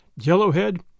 Yellowhead